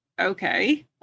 okay